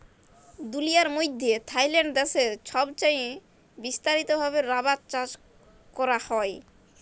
দুলিয়ার মইধ্যে থাইল্যান্ড দ্যাশে ছবচাঁয়ে বিস্তারিত ভাবে রাবার চাষ ক্যরা হ্যয়